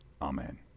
amen